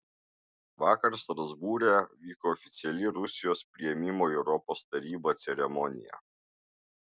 vakar strasbūre vyko oficiali rusijos priėmimo į europos tarybą ceremonija